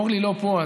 אורלי לא פה.